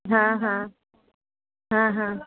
हां हां हां हां